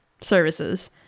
services